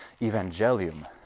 Evangelium